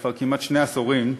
כבר כמעט שני עשורים,